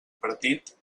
partit